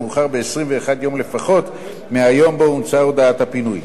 המאוחר ב-21 יום לפחות מהיום שבו הומצאה הודעת הפינוי.